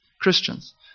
Christians